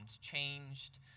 changed